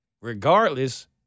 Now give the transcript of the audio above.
regardless